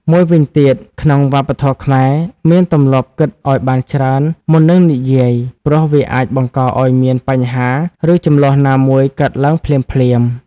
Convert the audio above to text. មួយវិញទៀត ក្នុងវប្បធម៌ខ្មែរមានទម្លាប់គិតឱ្យបានច្រើនមុននឹងនិយាយ ព្រោះវាអាចបង្កឱ្យមានបញ្ហាឫជម្លោះណាមួយកើតទ្បើងភ្លាមៗ។